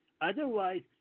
otherwise